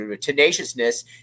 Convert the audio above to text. tenaciousness